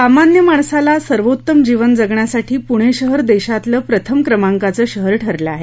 सामान्य माणसाला सर्वोत्तम जीवन जगण्यासाठी पुणे शहर देशातलं प्रथम क्रमांकाचं शहर ठरलं आहे